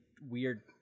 weird